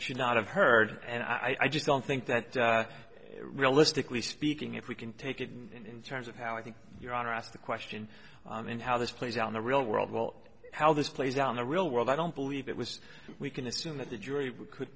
should not have heard and i just don't think that realistically speaking if we can take it in terms of how i think your honor asked the question and how this plays out in the real world well how this plays out in the real world i don't believe it was we can assume that the jury could